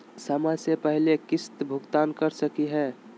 समय स पहले किस्त भुगतान कर सकली हे?